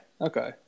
Okay